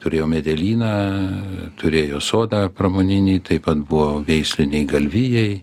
turėjo medelyną turėjo sodą pramoninį taip pat buvo veisliniai galvijai